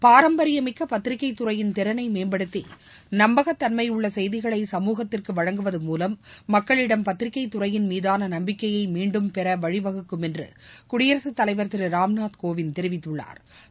பாரம்பரியமிக்க பத்திரிகை துறையின் திறனை மேம்படுத்தி நம்பகத்தன்மையுள்ள செய்திகளை சமூகத்திற்கு வழங்குவது மூலம் மக்களிடம் பத்திரிகை துறையின் மீதான நம்பிக்கையை மீன்டும் பெற வழிவகுக்கும் என்று குடியரசு தலைவா் திரு ராம்நாத் கோவிந்த் தெரிவித்துள்ளாா்